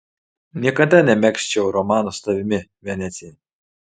niekada nemegzčiau romano su tavimi venecija